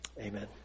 Amen